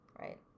Right